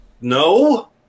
no